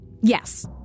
Yes